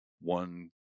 one